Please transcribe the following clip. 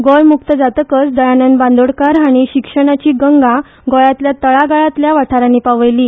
गोय मुक्त जातकच दयानंद बांदोडकार हाणी शिक्षणाची गंगा गोयातल्या म तळागळातल्या वाठारानी पावयली